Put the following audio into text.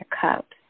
Cups